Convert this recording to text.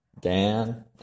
Dan